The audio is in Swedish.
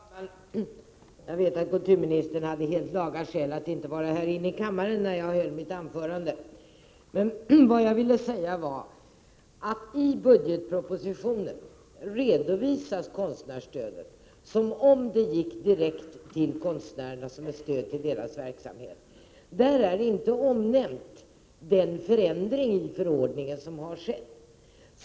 Herr talman! Jag vet att kulturministern haft helt laga skäl för att inte vara häri kammaren när jag höll mitt anförande. Jag ville säga att i budgetpropositionen redovisas konstnärsstödet som om det gick direkt till konstnärerna som ett stöd till deras verksamhet. Där nämns inte den förändring i förordningen som har skett.